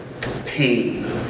pain